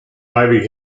ivy